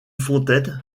fontaine